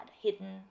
hidden